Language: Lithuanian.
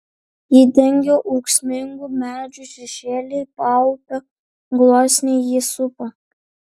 jį dengia ūksmingų medžių šešėliai paupio gluosniai jį supa